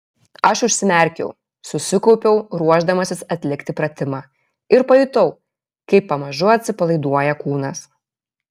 aš užsimerkiau susikaupiau ruošdamasis atlikti pratimą ir pajutau kaip pamažu atsipalaiduoja kūnas